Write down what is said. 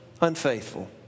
unfaithful